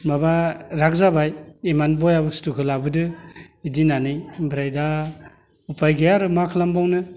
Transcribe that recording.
माबा रागा जाबाय एमान बेया बुस्थुखौ लाबोदो बिदि होननानै ओमफ्राय दा उफाय गैया आरो मा खालामबावनो